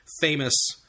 famous